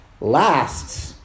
lasts